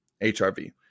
HRV